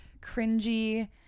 cringy